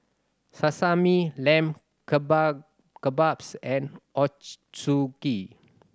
Sashimi Lamb Keba Kebabs and Ochazuke